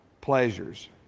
pleasures